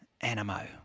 Animo